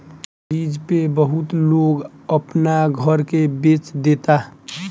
lease पे बहुत लोग अपना घर के बेच देता